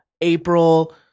April